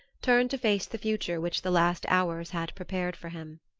turned to face the future which the last hours had prepared for him.